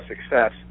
success